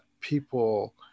people